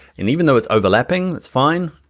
and even though it's overlapping it's fine,